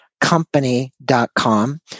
company.com